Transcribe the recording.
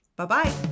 Bye-bye